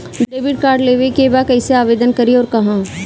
Debit card लेवे के बा कइसे आवेदन करी अउर कहाँ?